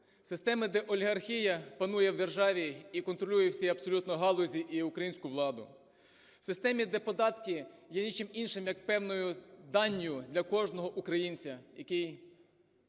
системи, де олігархія панує в державі і контролює всі абсолютно галузі і українську владу. В системі, де податки є нічим іншим, як певною данню для кожного українця, який